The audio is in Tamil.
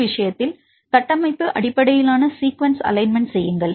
இந்த விஷயத்தில் கட்டமைப்பு அடிப்படையிலான சீக்குவன்ஸ் அலைன்மெண்ட் செய்யுங்கள்